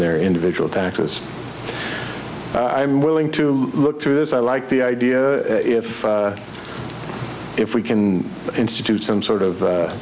their individual taxes i'm willing to look through this i like the idea if if we can institute some sort of